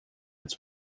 its